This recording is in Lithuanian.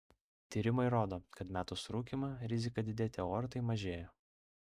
tyrimai rodo kad metus rūkymą rizika didėti aortai mažėja